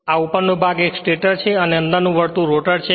આ આ ઉપરનો ભાગ એક સ્ટેટર છે અને અંદરનું વર્તુળ રોટર છે